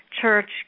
church